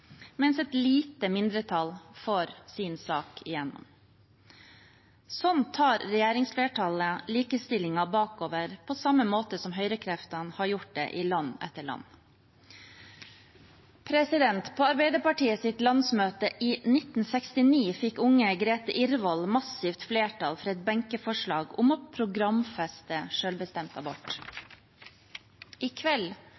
mens et lite mindretall får sin sak igjennom. Sånn tar regjeringsflertallet likestillingen bakover, på samme måte som høyrekreftene har gjort det i land etter land. På Arbeiderpartiets landsmøte i 1969 fikk unge Grethe Irvoll massivt flertall for et benkeforslag om å programfeste